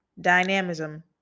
Dynamism